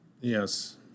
Yes